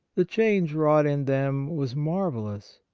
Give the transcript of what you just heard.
the change wrought in them was marvellous.